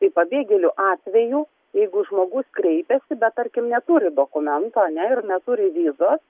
tai pabėgėlių atveju jeigu žmogus kreipiasi bet tarkim neturi dokumento ane ir neturi vizos